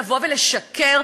לבוא ולשקר,